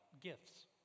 gifts